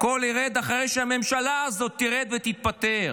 הכול ירד אחרי שהממשלה הזאת תרד ותתפטר.